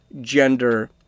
gender